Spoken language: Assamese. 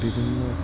বিভিন্ন